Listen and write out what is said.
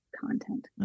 content